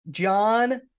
John